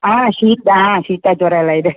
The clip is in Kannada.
ಹಾಂ ಶೀತ ಹಾಂ ಶೀತ ಜ್ವರ ಎಲ್ಲ ಇದೆ